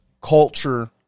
culture